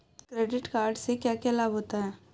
Credit card से क्या क्या लाभ होता है?